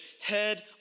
head